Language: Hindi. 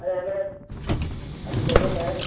अरे हमें अभी ज़रूरत है